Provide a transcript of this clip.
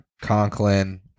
Conklin